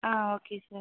ah okay sir